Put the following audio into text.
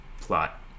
plot